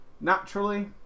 Naturally